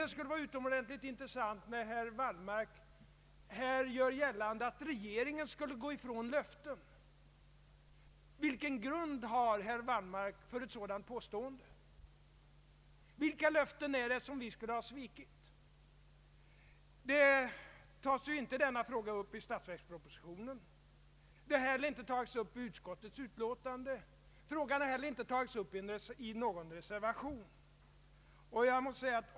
Det skulle vara utomordentligt in tressant att veta, när herr Wallmark gör gällande att regeringen skulle ha gått ifrån löften, vilken grund herr Wallmark har för ett sådant påstående. Vilka löften är det som vi skulle ha svikit? Denna fråga tas inte upp i statsverkspropositionen, inte i utskottets utlåtande och inte heller i någon reservation.